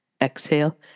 Exhale